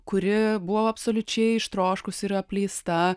kuri buvo absoliučiai ištroškusi ir apleista